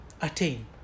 attain